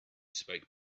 spoke